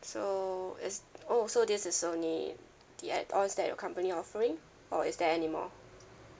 so is oh so this is only the add ons that your company offering or is there any more